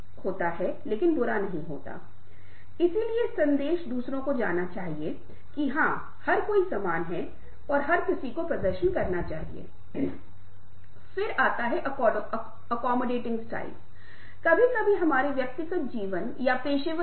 हालाँकि क्योंकि हमने इसे विस्तृत रूप से कवर नहीं किया है और आप Google को देख सकते हैं और कुछ ऐसे स्थलों की खोज कर सकते हैं जो कोचिंग के बारे में बात करते हैं और जो कुछ भी हमने अभी तक किया है उसके साथ इसे जोड़ने का प्रयास करें